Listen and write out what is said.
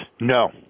No